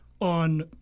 on